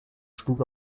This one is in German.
schlug